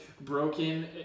broken